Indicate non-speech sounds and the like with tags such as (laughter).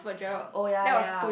(breath) oh ya ya